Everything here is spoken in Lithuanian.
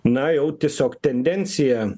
na jau tiesiog tendencija